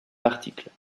l’article